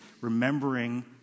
remembering